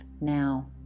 now